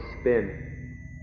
spin